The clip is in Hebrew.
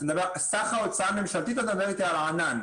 אתה מדבר על סך ההוצאה הממשלתית או שאתה מדבר איתי על הענן?